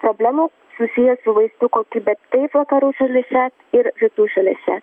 problemos susiję su vaistų kokybe taip vakarų šalyse ir rytų šalyse